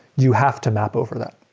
you have to map over that.